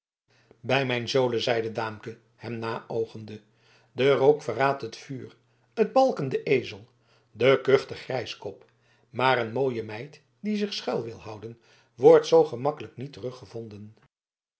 bij mijn zolen zeide daamke hem naoogende de rook verraadt het vuur het balken den ezel de kuch den grijskop maar een mooie meid die zich schuil wil houden wordt zoo gemakkelijk niet teruggevonden